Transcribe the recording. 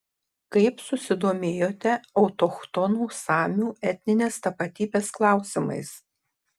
kaip susidomėjote autochtonų samių etninės tapatybės klausimais